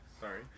Sorry